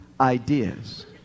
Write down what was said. ideas